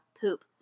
poop